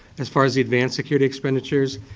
as far as the advanced security expenditures,